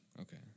Okay